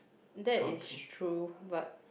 that is true but